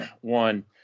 one